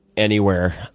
anywhere,